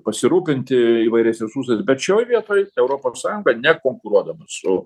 pasirūpinti įvairiais resursais bet šioj vietoj europos sąjunga nekonkuruodama su